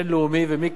שהיה שר האוצר,